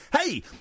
Hey